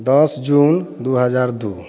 दस जून दो हज़ार दो